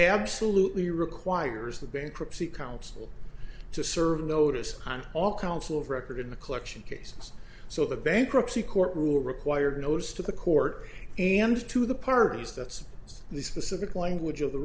absolutely requires the bankruptcy counsel to serve notice and all counsel of record in the collection cases so the bankruptcy court rule required nose to the court and to the parties that's the specific language of the